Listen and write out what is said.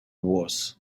was